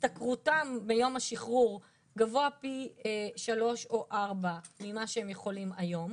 שהשתכרותם ביום השחרור גבוה פי שלוש או ארבע ממה שהם יכולים היום.